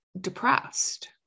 depressed